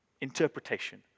interpretation